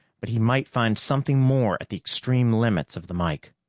but he might find something more at the extreme limits of the mike.